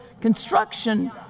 construction